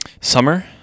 Summer